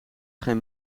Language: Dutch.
geen